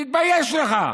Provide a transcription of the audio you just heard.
תתבייש לך.